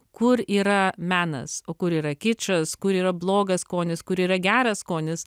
kur yra menas o kur yra kičas kur yra blogas skonis kur yra geras skonis